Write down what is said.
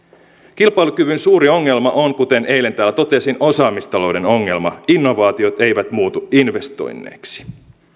kilpailukyvyn suuri ongelma on kuten eilen täällä totesin osaamistalouden ongelma innovaatiot eivät muutu investoinneiksi